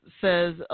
says